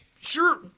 Sure